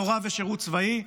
תורה ושירות צבאי,